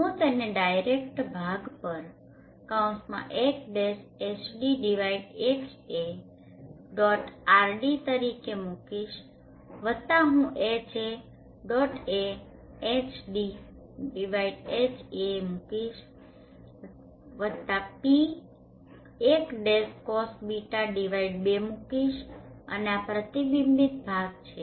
હું તેને ડાયરેક્ટ ભાગ પર 1 HdHaRD તરીકે મુકીશ વત્તા હું HaHdHa1cos 2 મુકીશ વત્તા ρ1-Cosβ2 મુકીશ અને આ પ્રતિબિંબિત ભાગ છે